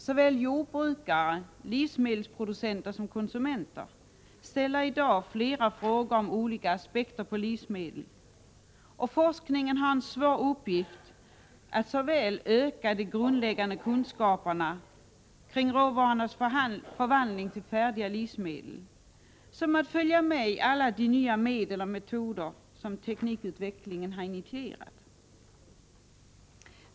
Såväl jordbrukare som livsmedelsproducenter och konsumenter ställer i dag flera frågor om olika aspekter på livsmedel, och forskningen har en svår uppgift i att såväl öka de grundläggande kunskaperna om råvarornas förvandling till färdiga livsmedel som följa med när det gäller alla nya medel och metoder som teknikutvecklingen har initierat.